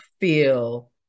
feel